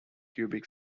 cubic